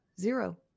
zero